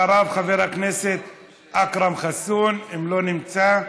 אחריו, חבר הכנסת אכרם חסון, לא נמצא,